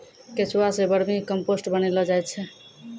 केंचुआ सें vermicompost बनैलो जाय छै